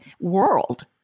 world